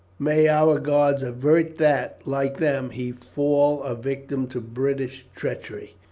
may our gods avert that, like them, he fall a victim to british treachery!